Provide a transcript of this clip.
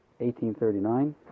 1839